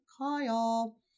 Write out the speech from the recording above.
Kyle